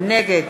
נגד